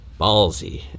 ballsy